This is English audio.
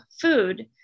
food